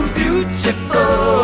beautiful